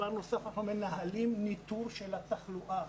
אנחנו מנהלים ניטור של התחלואה.